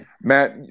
Matt